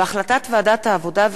והחלטת ועדת העבודה,